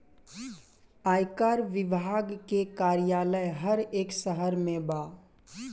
आयकर विभाग के कार्यालय हर एक शहर में बा